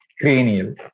cranial